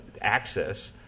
access